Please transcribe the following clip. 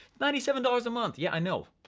ninety seven dollars a month, yeah, i know.